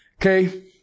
Okay